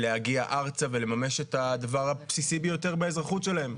להגיע ארצה ולממש את הדבר הבסיסי ביותר באזרחות שלהם,